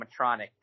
animatronic